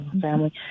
family